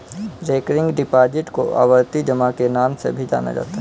recurring deposit को आवर्ती जमा के नाम से भी जाना जाता है